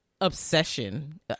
obsession